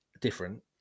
different